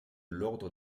l’ordre